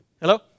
Hello